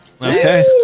Okay